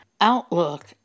outlook